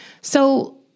So-